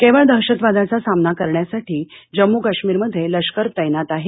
केवळ दहशतवादाचा सामना करण्यासाठी जम्मू काश्मीर मध्ये लष्कर तस्तित आहे